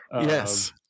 Yes